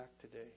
today